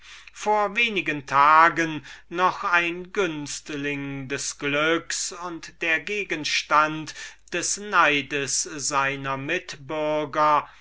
vor wenigen tagen noch ein günstling des glücks und der gegenstand des neides seiner mitbürger